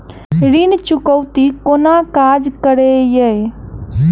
ऋण चुकौती कोना काज करे ये?